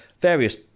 various